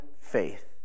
faith